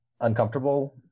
uncomfortable